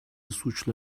suçla